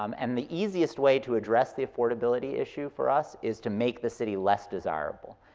um and the easiest way to address the affordability issue for us is to make the city less desirable.